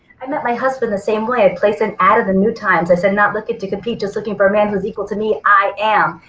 i met my husband the same way. i placed an ad in the new times i said not looking to compete just looking for a man who is equal to me, i am,